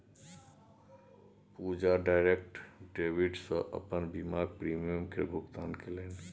पूजा direct debit सँ अपन बीमाक प्रीमियम केर भुगतान केलनि